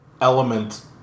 element